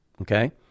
okay